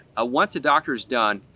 ah once a doctor is done,